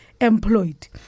employed